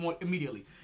immediately